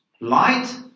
light